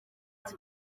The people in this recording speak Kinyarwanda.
ati